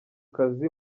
kazi